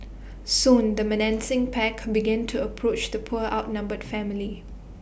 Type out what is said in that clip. soon the menacing pack began to approach the poor outnumbered family